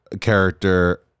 character